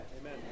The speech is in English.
Amen